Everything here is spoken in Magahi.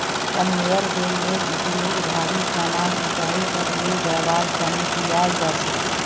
कन्वेयर बेल्टेर उपयोग भारी समान ऊंचाई तक ले जवार तने कियाल जा छे